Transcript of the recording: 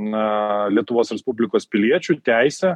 na lietuvos respublikos piliečių teisę